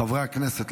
חברי הכנסת,